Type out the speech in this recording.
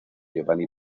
giovanni